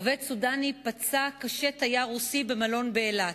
עובד סודני פצע קשה תייר רוסי במלון באילת,